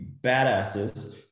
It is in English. badasses